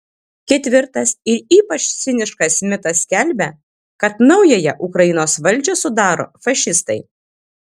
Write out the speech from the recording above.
ketvirtas ir ypač ciniškas mitas skelbia kad naująją ukrainos valdžią sudaro fašistai